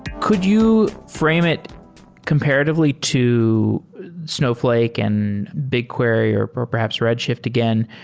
could you frame it comparatively to snowfl ake and bigquery or or perhaps red shift again?